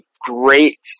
great